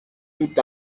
tout